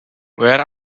where